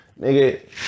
Nigga